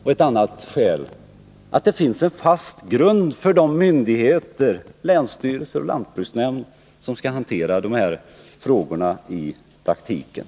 Och ytterligare ett skäl är att det skall finnas en fast grund för de myndigheter — länsstyrelser och lantbruksnämnder — som skall hantera frågorna i praktiken.